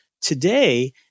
Today